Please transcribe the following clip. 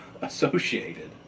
associated